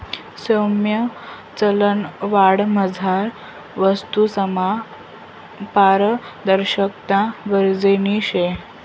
सौम्य चलनवाढमझार वस्तूसमा पारदर्शकता गरजनी शे